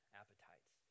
appetites